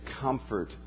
comfort